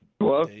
Hello